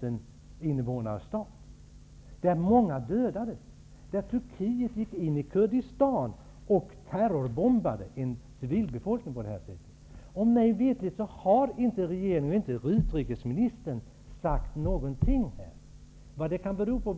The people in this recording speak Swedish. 000 invånare. Många människor dödades när Turkiet på det här sättet gick in i Kurdistan och terrorbombade en civilbefolkning. Mig veterligen har inte utrikesministern eller den övriga regeringen sagt någonting om detta. Jag vet inte vad det kan bero på.